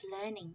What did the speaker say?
Learning